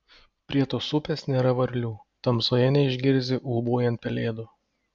prie tos upės nėra varlių tamsoje neišgirsi ūbaujant pelėdų